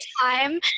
time